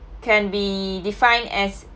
can be defined as